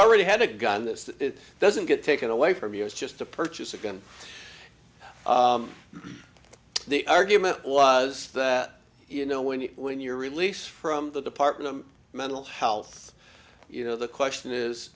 already had a gun that it doesn't get taken away from us just to purchase a gun the argument was that you know when you when you're release from the department of mental health you know the question is